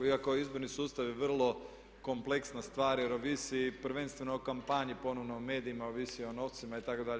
Iako izborni sustav je vrlo kompleksna stvar jer ovisi prvenstveno o kampanji, ponovno o medijima, ovisi o novcima itd.